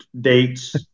dates